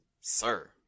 sir